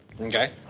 Okay